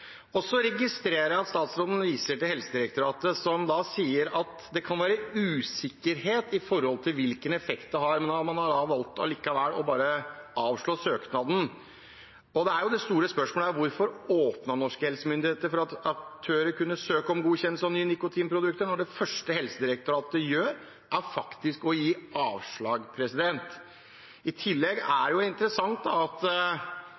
kan være usikkerhet med hensyn til hvilken effekt det har, men man har likevel valgt å avslå søknaden. Det store spørsmålet er da: Hvorfor åpnet norske helsemyndigheter for at aktører kunne søke om godkjenning for nye nikotinprodukter når det første Helsedirektoratet gjør, er å gi avslag? Vi har et mål om et tobakksfritt Norge om ikke veldig mange år, men vi har altså et system som gjør at